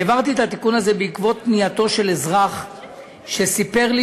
העברתי את התיקון הזה בעקבות פנייתו של אזרח שסיפר לי